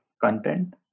content